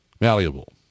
Malleable